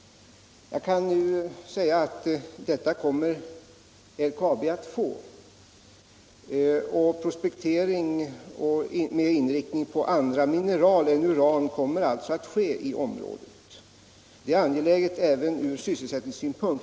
Jag kan nu säga att LKAB kommer att få ett sådant lån. Prospektering med inriktning på andra mineral än uran kommer alltså att ske i området. Det är angeläget också ur sysselsättningssynpunkt.